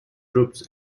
troops